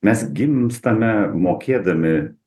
mes gimstame mokėdami